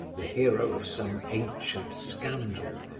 the hero of some ancient scandal,